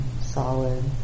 solid